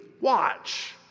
watch